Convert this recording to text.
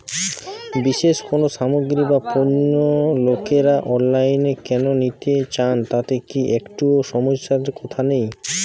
বিশেষ কোনো সামগ্রী বা পণ্য লোকেরা অনলাইনে কেন নিতে চান তাতে কি একটুও সমস্যার কথা নেই?